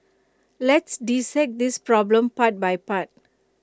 let's dissect this problem part by part